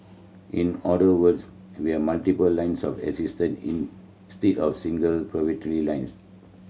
in other words we have multiple lines of assistance instead of single poverty line